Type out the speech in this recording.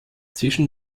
zwischen